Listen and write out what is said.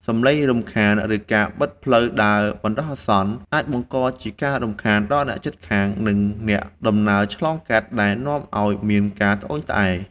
សំឡេងរំខាន ឬការបិទផ្លូវដើរបណ្ដោះអាសន្ន អាចបង្កជាការរំខានដល់អ្នកជិតខាង និងអ្នកដំណើរឆ្លងកាត់ដែលនាំឱ្យមានការត្អូញត្អែរ។